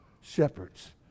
shepherds